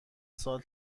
سال